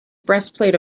breastplate